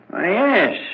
yes